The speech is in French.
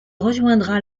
rejoindra